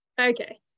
Okay